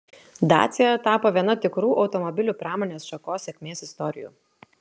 dacia tapo viena tikrų automobilių pramonės šakos sėkmės istorijų